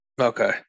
Okay